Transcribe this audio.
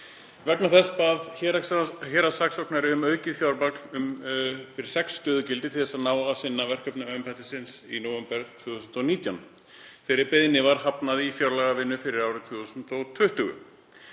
Vegna þessa bað héraðssaksóknari um aukið fjármagn fyrir sex stöðugildum til að ná að sinna verkefnum embættisins í nóvember 2019. Þeirri beiðni var hafnað í fjárlagavinnu fyrir árið 2020.